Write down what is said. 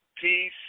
peace